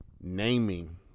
naming